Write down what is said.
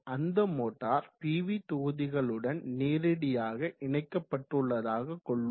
அந்த motor PV தொகுதிகளுடன் நேரடியாக இணைக்கப்பட்டுள்ளதாக கொள்வோம்